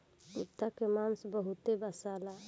कुता के मांस बहुते बासाला